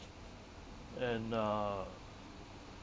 and uh